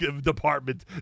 department